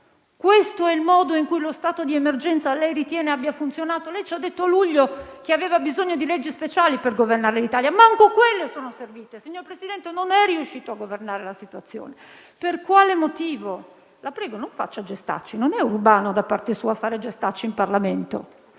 Questo è il modo in cui lei ritiene lo stato di emergenza abbia funzionato? Lei ci ha detto a luglio che aveva bisogno di leggi speciali per governare l'Italia, ma neanche quelle sono servite. Signor Presidente, non è riuscito a governare la situazione. Per quale motivo? E la prego di non fare gestacci, non è urbano da parte sua fare gestacci in Parlamento;